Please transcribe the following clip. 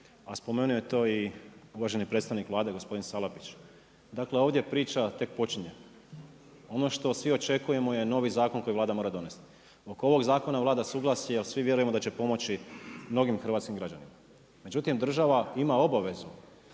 a spomenuo je to i uvaženi predstavnik Vlade gospodin Salapić. Dakle, ovdje priča tek počinje. Ono što svi očekujemo je novi zakon koji Vlada mora donesti. Oko ovog zakona vlada suglasje jer svi vjerujemo da će pomoći mnogim hrvatskim građanima. Međutim, država ima obavezu